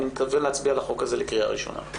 אני מתכוון לערוך הצבעה על